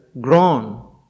grown